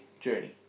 Journey